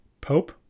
Pope